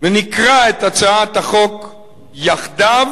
ונקרא את הצעת החוק יחדיו,